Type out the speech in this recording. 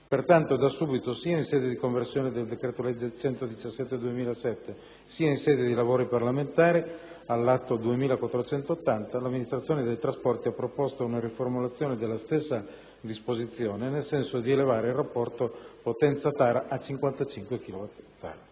Pertanto da subito, sia in sede di conversione del decreto-legge n. 117 del 2007, sia in sede di lavori parlamentari (AC 2480), l'amministrazione dei trasporti ha proposto una riformulazione della stessa disposizione, nel senso di elevare il rapporto potenza/tara a 55 kW/t,